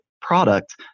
product